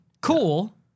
cool